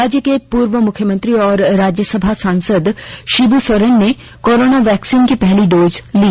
राज्य के पूर्व मुख्यमंत्री और राज्यसभा सांसद शिब् सोरेन ने कोरोना वैक्सीन की पहली डोज ली